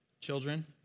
children